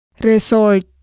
Resort